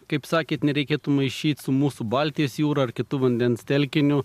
kaip sakėt nereikėtų maišyt su mūsų baltijos jūra ar kitu vandens telkiniu